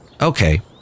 Okay